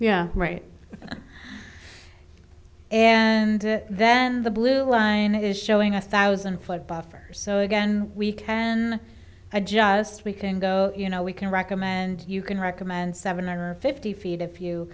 yeah right and then the blue line is showing us thousand foot buffer so again we can adjust we can go you know we can recommend you can recommend seven hundred fifty feet if